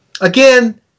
Again